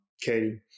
Katie –